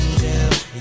angel